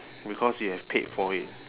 because you have paid for it